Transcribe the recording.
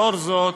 לאור זאת,